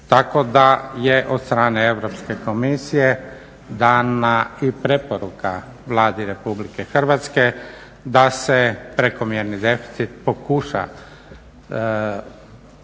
Tako da je od strane Europske komisije dana i preporuka Vladi RH da se prekomjerni deficit pokuša